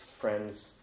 friends